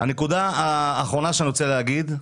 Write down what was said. הנקודה האחרונה שאני רוצה להגיד,